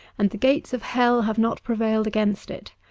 and the gates of hell have not prevailed against it.